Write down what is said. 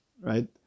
right